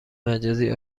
مجازی